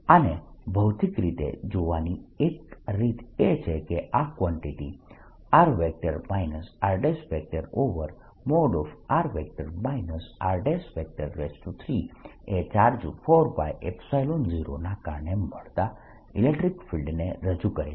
આને ભૌતિક રીતે જોવાની એક રીત એ છે કે આ કવાન્ટીટી r rr r3 એ ચાર્જ 4π0ના કારણે મળતા ઇલેક્ટ્રીક ફિલ્ડને રજુ કરે છે